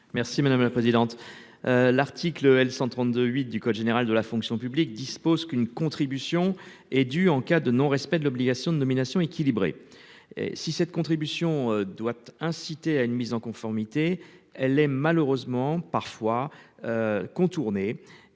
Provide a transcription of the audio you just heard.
Merci madame la présidente. L'article L 132 8 du code général de la fonction publique, dispose qu'une contribution est du en cas de non respect de l'obligation de nominations équilibrées. Si cette contribution doit inciter à une mise en conformité. Elle est malheureusement parfois. Contournées